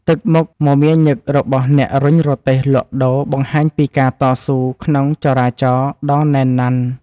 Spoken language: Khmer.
ទឹកមុខមមាញឹករបស់អ្នករុញរទេះលក់ដូរបង្ហាញពីការតស៊ូក្នុងចរាចរណ៍ដ៏ណែនណាន់។